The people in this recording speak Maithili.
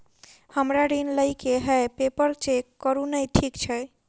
हमरा ऋण लई केँ हय पेपर चेक करू नै ठीक छई?